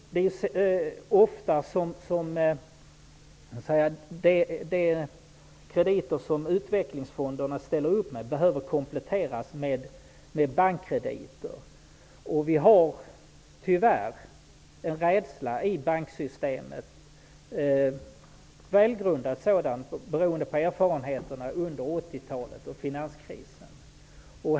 De krediter som utvecklingsfonderna ställer upp med behöver ofta kompletteras med bankkrediter. Det finns tyvärr en rädsla i banksystemet -- som är välgrundad, beroende på erfarenheterna under 80-talet och finanskrisen.